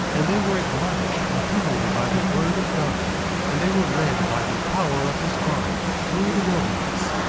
and they were admonished continually by the word of god and they were led by the power of his arm, through the wilderness,